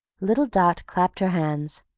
little dot clapped her hands.